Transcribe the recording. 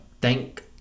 thank